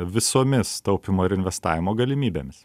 visomis taupymo ir investavimo galimybėmis